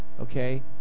okay